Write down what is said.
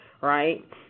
Right